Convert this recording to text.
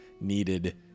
needed